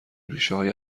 ریشههای